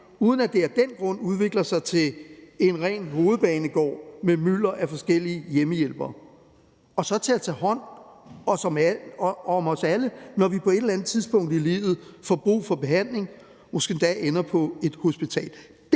uden at det af den grund udvikler sig til en ren hovedbanegård med et mylder af forskellige hjemmehjælpere, og så til at tage hånd om os alle, når vi på et eller andet tidspunkt i livet får brug for behandling, måske endda ender på et hospital.